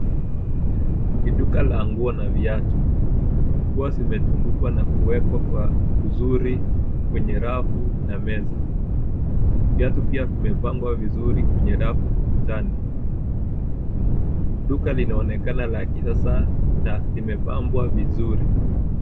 Ni duka la nguo la viatu. Nguo zimetundikwa na kuwekwa kwa uzuri kwenye rafu na meza. Viatu pia vimepangwa vizuri kwenye rafu ukutani. Duka linaonekana la kisasa na limepambwa vizuri.